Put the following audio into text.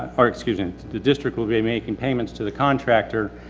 or excuse me, the district will be making payments to the contractor.